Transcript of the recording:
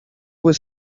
was